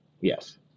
Yes